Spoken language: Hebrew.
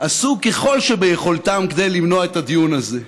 עשו כל שביכולתם כדי למנוע את הדיון הזה.